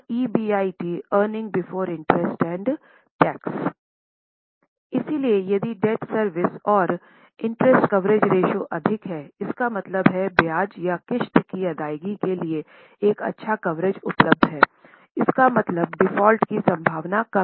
EBIT earning before interest and tax इसलिए यदि डेब्ट सर्विस और इंटरेस्ट कवरेज रेश्यो अधिक हैइसका मतलब है ब्याज या किस्त की अदायगी के लिए एक अच्छा कवरेज उपलब्ध है उसका मतलब डिफ़ॉल्ट की संभावना कम है